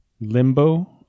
Limbo